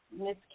Miss